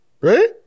right